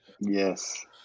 Yes